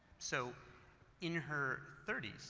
so in her thirty s,